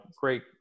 great